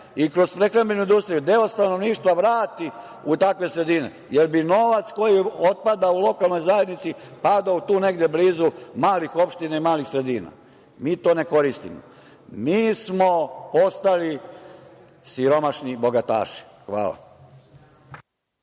i kroz prehrambenu industriju deo stanovništva vrati u takve sredine, jer bi novac koji otpada u lokalnoj zajednici padao tu negde blizu malih opština i malih sredina. Mi to ne koristimo. Mi smo postali siromašni bogataši. Hvala.